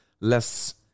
less